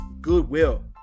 goodwill